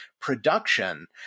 production